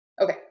Okay